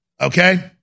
Okay